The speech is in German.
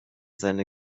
seine